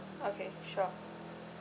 okay sure